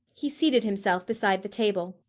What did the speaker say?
he seated himself beside the table.